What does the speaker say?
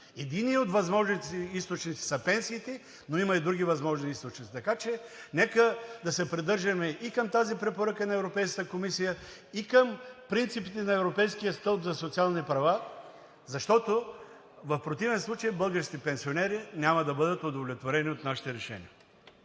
Единият от възможните източници са пенсиите, но има и други възможни източници. Така че нека да се придържаме и към тази препоръка на Европейската комисия, и към принципите на Европейския стълб за социални права, защото в противен случай българските пенсионери няма да бъдат удовлетворени от нашите решения.